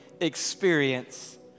experience